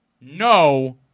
no